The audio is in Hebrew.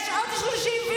יש עוד 35%,